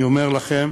אני אומר לכם,